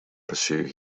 pursue